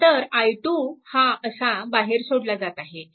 नंतर i2 हा असा बाहेर सोडला जात आहे